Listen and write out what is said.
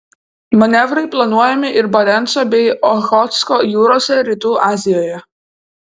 manevrai planuojami ir barenco bei ochotsko jūrose rytų azijoje